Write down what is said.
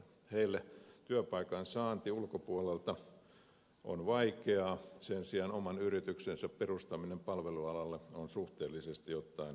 heille työpaikan saanti ulkopuolelta on vaikeaa sen sijaan oman yrityksen perustaminen palvelualalle on suhteellisesti ottaen paljon helpompaa